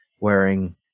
wearing